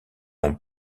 ont